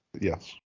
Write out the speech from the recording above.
Yes